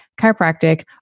chiropractic